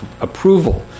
approval